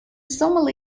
somali